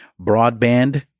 broadband